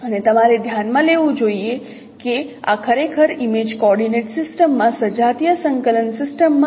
અને તમારે ધ્યાન માં લેવું જોઈએ કે આ ખરેખર ઇમેજ કોઓર્ડિનેંટ સિસ્ટમ માં સજાતીય સંકલન સિસ્ટમમાં છે